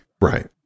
right